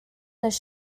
les